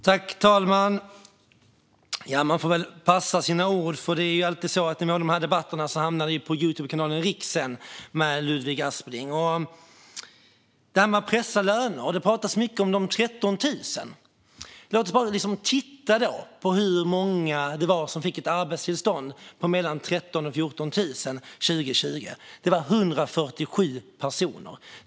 Fru talman! Man får passa sina ord, för debatter med Ludvig Aspling hamnar på Youtubekanalen Riks. När det gäller att pressa löner pratas det mycket om 13 000 kronor. Låt oss titta på hur många som fick ett arbetstillstånd 2020 där lönen ligger mellan 13 000 och 14 000. Det var 147 personer.